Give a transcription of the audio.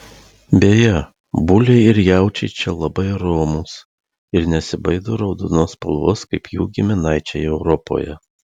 beje buliai ir jaučiai čia labai romūs ir nesibaido raudonos spalvos kaip jų giminaičiai europoje